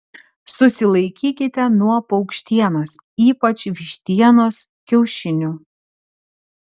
susilaikykite nuo paukštienos ypač vištienos kiaušinių